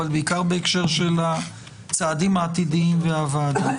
אבל בעיקר בהקשר של הצעדים העתידיים והוועדה.